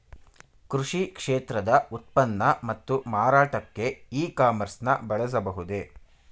ಕೃಷಿ ಕ್ಷೇತ್ರದ ಉತ್ಪನ್ನ ಮತ್ತು ಮಾರಾಟಕ್ಕೆ ಇ ಕಾಮರ್ಸ್ ನ ಬಳಸಬಹುದೇ?